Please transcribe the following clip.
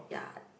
ya